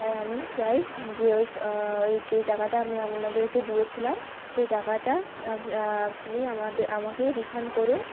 তাই আমি চাই যে ওই ওই যেই টাকাটা আমি আপনাদেরকে দিয়েছিলাম সেই টাকাটা আপনি আমাদের আমাকে রিফান্ড করুন